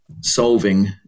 solving